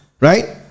right